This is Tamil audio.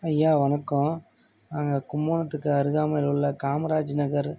ஐயா வணக்கம் நாங்கள் கும்பகோணத்துக்கு அருகாமையிலுள்ள காமராஜு நகர்